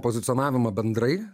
pozicionavimą bendrai